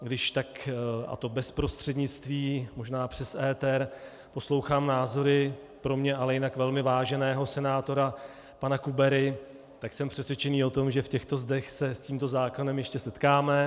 Když tak a to bez prostřednictví, možná přes éter poslouchám názory pro mě ale jinak velmi váženého senátora pana Kubery, tak jsem přesvědčený o tom, že v těchto zdech se s tímto zákonem ještě setkáme.